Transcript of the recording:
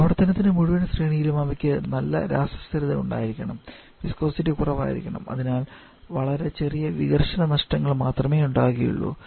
പ്രവർത്തനത്തിന്റെ മുഴുവൻ ശ്രേണിയിലും അവയ്ക്ക് നല്ല രാസ സ്ഥിരത ഉണ്ടായിരിക്കണം വിസ്കോസിറ്റി കുറവായിരിക്കണം അതിനാൽ വളരെ ചെറിയ ഘർഷണ നഷ്ടങ്ങൾ മാത്രമേ ഉണ്ടാകുന്നുള്ളൂ